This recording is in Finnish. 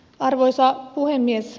arvoisa puhemies